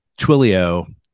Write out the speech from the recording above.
Twilio